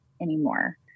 anymore